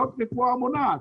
זאת רפואה מונעת.